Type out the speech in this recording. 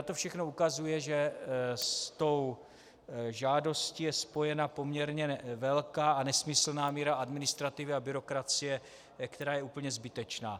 To všechno ukazuje, že s tou žádostí je spojena poměrně velká a nesmyslná míra administrativy a byrokracie, která je úplně zbytečná.